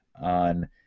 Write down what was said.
on